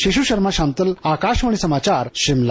शिशू शर्मा शांतल आकाशवाणी समाचार शिमला